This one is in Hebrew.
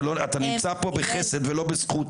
אתה נמצא פה בחסד ולא בזכות.